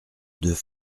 deux